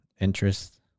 interest